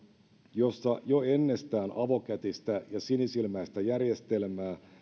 jossa jo ennestään avokätistä ja sinisilmäistä järjestelmää